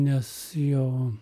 nes jo